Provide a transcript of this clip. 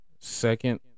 second